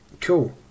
cool